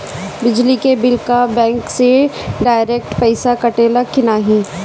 बिजली के बिल का बैंक से डिरेक्ट पइसा कटेला की नाहीं?